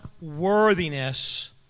worthiness